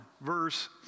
verse